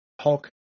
Hulk